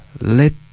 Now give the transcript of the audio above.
Let